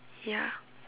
ya